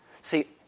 See